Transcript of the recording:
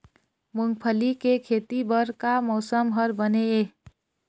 मूंगफली के खेती बर का मौसम हर बने ये?